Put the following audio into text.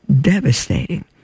devastating